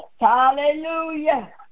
Hallelujah